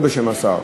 לא בשם השר.